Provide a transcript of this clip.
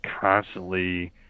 constantly